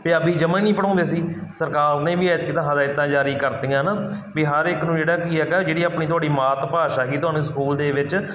ਪੰਜਾਬੀ ਜਮਾ ਹੀ ਨਹੀਂ ਪੜ੍ਹਾਉਂਦੇ ਸੀ ਸਰਕਾਰ ਨੇ ਵੀ ਐਤਕੀ ਤਾਂ ਹਦਾਇਤਾਂ ਜਾਰੀ ਕਰਤੀਆਂ ਨਾ ਵੀ ਹਰ ਇੱਕ ਨੂੰ ਜਿਹੜਾ ਕਿ ਹੈਗਾ ਜਿਹੜੀ ਆਪਣੀ ਤੁਹਾਡੀ ਮਾਤ ਭਾਸ਼ਾ ਹੈਗੀ ਤੁਹਾਨੂੰ ਸਕੂਲ ਦੇ ਵਿੱਚ